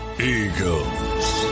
eagles